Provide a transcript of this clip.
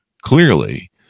clearly